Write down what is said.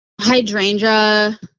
Hydrangea